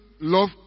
love